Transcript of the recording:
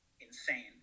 insane